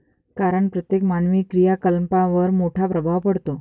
कारण प्रत्येक मानवी क्रियाकलापांवर मोठा प्रभाव पडतो